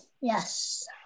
Yes